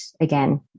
again